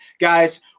Guys